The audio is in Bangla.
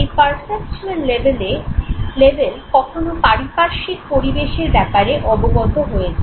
এই পারসেপচ্যুয়াল লেভেল কখনও পারিপার্শ্বিক পরিবেশের ব্যাপারে অবগত হয়ে যায়